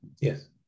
Yes